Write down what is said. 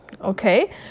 Okay